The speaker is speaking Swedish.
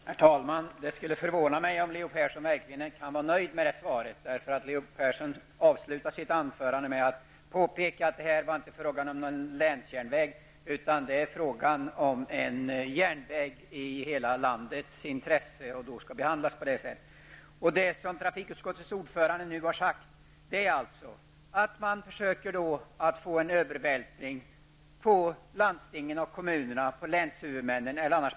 Herr talman! Det skulle förvåna mig om Leo Persson verkligen kan vara nöjd med det svaret. Leo Persson avslutade ju sitt anförande med att påpeka att här var det inte fråga om någon länsjärnväg utan om en järnväg i hela landets intresse som då också skall behandlas som en sådan. Det som trafikutskottets ordförande nu har sagt är alltså att man försöker vältra över kostnader på landstingen och kommunerna, på länshuvudmännen.